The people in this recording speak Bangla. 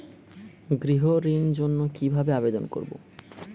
গৃহ ঋণ জন্য কি ভাবে আবেদন করব?